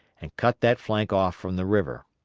and cut that flank off from the river.